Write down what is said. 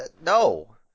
No